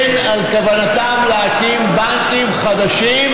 כן, על כוונתם להקים בנקים חדשים,